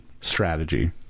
strategy